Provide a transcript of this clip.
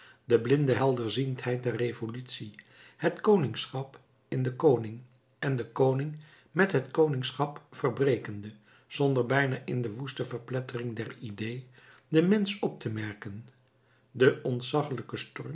de blinde helderziendheid der revolutie het koningschap in den koning en den koning met het koningschap verbrekende zonder bijna in de woeste verplettering der idée den mensch op te merken de ontzaggelijke